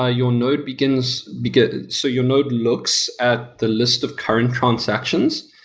ah your node begins begins so your node looks at the list of current transactions.